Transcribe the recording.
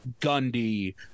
Gundy